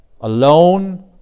alone